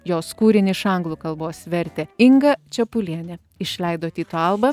jos kūrinį iš anglų kalbos vertė inga čepulienė išleido tyto alba